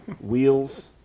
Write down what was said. wheels